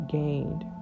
gained